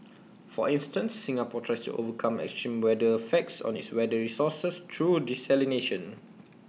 for instance Singapore tries to overcome extreme weather effects on its water resources through desalination